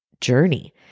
journey